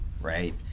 right